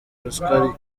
ruswa